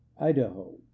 Idaho